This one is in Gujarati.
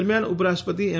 દરમિયાન ઉપરાષ્ટ્રપતિ એમ